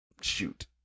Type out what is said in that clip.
shoot